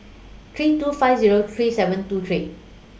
three two five Zero three seven two three